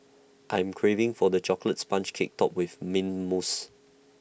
I am craving for the Chocolate Sponge Cake Topped with Mint Mousse